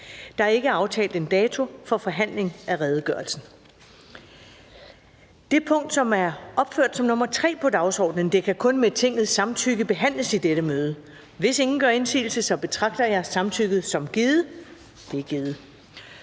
behandling Første næstformand (Karen Ellemann): Det punkt, som er opført som nr. 3 på dagsordenen, kan kun med Tingets samtykke behandles i dette møde. Hvis ingen gør indsigelse, betragter jeg samtykket som givet. Det er givet.